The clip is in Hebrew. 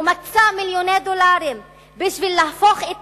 ומקצה מיליוני דולרים בשביל להפוך את